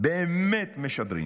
באמת משדרים,